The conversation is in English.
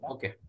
Okay